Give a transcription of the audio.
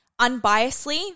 unbiasedly